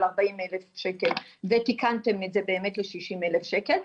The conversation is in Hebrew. ארבעים אלף שקל ותיקנתם את זה באמת לשישים אלף שקל.